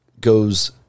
goes